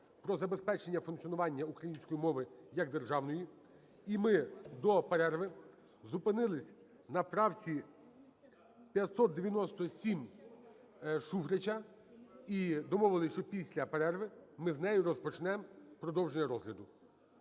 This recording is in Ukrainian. про забезпечення функціонування української мови як державної. І ми до перерви зупинились на правці 597 Шуфрича і домовились, що після перерви ми з неї розпочнемо продовження розгляду.